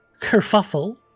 kerfuffle